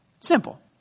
Simple